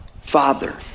Father